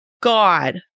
God